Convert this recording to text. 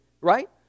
right